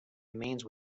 remains